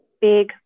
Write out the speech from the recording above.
big